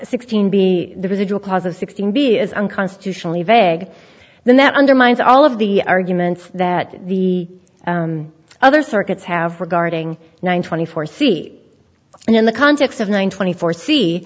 sixteen be the residual cause of sixteen b is unconstitutionally vague then that undermines all of the arguments that the other circuits have regarding one twenty four c and in the context of nine twenty four see